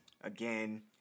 again